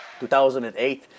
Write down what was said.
2008